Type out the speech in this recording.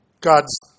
Gods